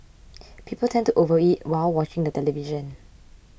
people tend to overeat while watching the television